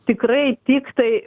tikrai tiktai